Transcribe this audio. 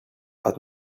but